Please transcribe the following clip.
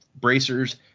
bracers